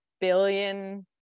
billion